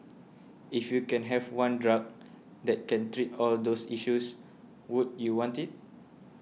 if you can have one drug that can treat all those issues would you want it